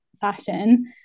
fashion